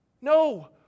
No